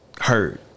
heard